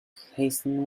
hasten